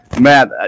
Matt